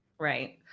Right